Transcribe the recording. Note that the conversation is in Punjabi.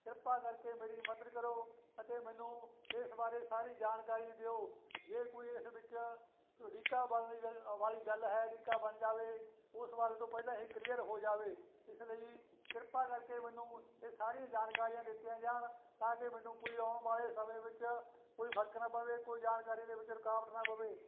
ਕਿਰਪਾ ਕਰਕੇ ਮੇਰੀ ਮਦਦ ਕਰੋ ਅਤੇ ਮੈਨੂੰ ਇਸ ਬਾਰੇ ਸਾਰੀ ਜਾਣਕਾਰੀ ਦਿਓ ਜੇ ਕੋਈ ਇਸ ਵਿੱਚ ਅੜਿੱਕਾ ਬਣ ਲਈ ਅ ਵਾਲੀ ਗੱਲ ਹੈ ਅੜਿੱਕਾ ਬਣ ਜਾਵੇ ਉਸ ਬਾਰੇ ਤੋਂ ਪਹਿਲਾਂ ਹੀ ਕਲੀਅਰ ਹੋ ਜਾਵੇ ਇਸ ਲਈ ਕਿਰਪਾ ਕਰਕੇ ਮੈਨੂੰ ਇਹ ਸਾਰੀਆਂ ਜਾਣਕਾਰੀਆਂ ਦਿੱਤੀਆਂ ਜਾਣ ਤਾਂ ਕਿ ਮੈਨੂੰ ਕੋਈ ਆਉਣ ਵਾਲੇ ਸਮੇਂ ਵਿੱਚ ਕੋਈ ਫਰਕ ਨਾ ਪਵੇ ਕੋਈ ਜਾਣਕਾਰੀ ਦੇ ਵਿੱਚ ਰੁਕਾਵਟ ਨਾ ਪਵੇ